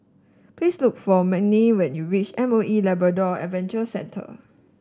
please look for Manie when you reach M O E Labrador Adventure Centre